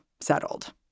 settled